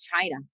China